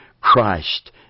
Christ